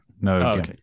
no